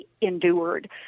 endured